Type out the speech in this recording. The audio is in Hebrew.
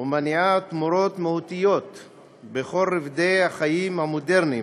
ומניעה תמורות מהותיות בכל רובדי החיים המודרניים: